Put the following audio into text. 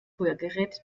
rührgerät